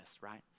right